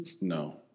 No